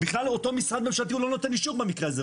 בכלל אותו משרד ממשלתי הוא לא נותן אישור במקרה הזה.